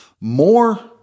more